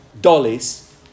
Dollies